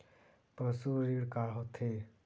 पशु ऋण का होथे?